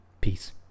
Peace